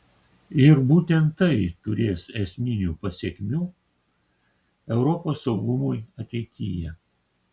ir būtent tai turės esminių pasekmių europos saugumui ateityje